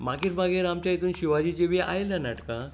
मागीर मागीर आमच्या हातून शिवाजीचीं बी आयल्यां नाटकां